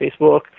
facebook